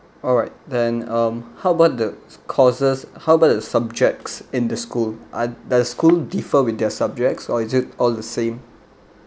alright then um how about the courses how about the subjects in the school are does school differ with their subjects or is it all the same